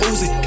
Uzi